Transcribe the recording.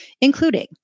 including